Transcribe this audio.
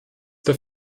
der